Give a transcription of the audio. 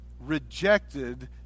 rejected